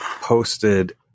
posted